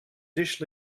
dish